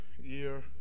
year